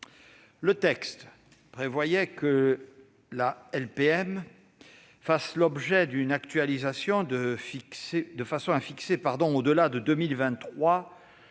Le texte prévoyait que la LPM ferait l'objet d'une actualisation de façon à fixer, au-delà de 2023, la